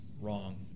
wrong